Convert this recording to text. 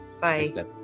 Bye